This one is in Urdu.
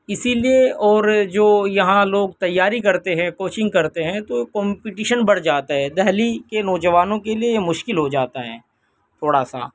اسی لیے اور جو یہاں لوگ تیاری کرتے ہیں کوچنگ کرتے ہیں تو کمپٹیشن بڑھ جاتا ہے دہلی کے نوجوانوں کے لیے یہ مشکل ہو جاتا ہے تھوڑا سا